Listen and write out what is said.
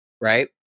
right